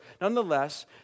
nonetheless